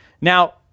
Now